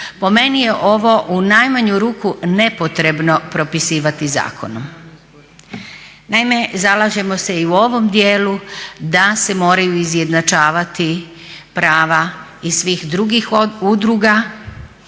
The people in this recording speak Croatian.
Po meni je ovo u najmanju ruku nepotrebno propisivati zakonom. Naime, zalažemo se i u ovom dijelu da se moraju izjednačavati prava i svih drugih udruga,